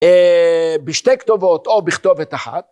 בשתי כתובות או בכתובת אחת.